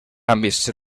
àmbits